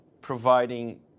providing